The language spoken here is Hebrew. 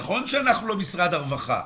נכון שאנחנו לא משרד הרווחה,